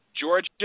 Georgia